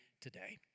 today